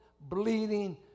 bleeding